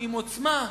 עם עוצמה,